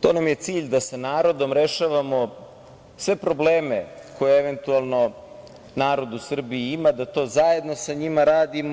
to nam je cilj, da sa narodom rešavamo sve probleme koje eventualno narod u Srbiji ima, da to zajedno sa njima radimo.